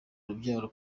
urubyaro